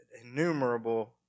innumerable